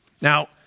Now